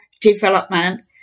development